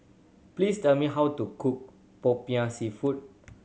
please tell me how to cook Popiah Seafood